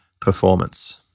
performance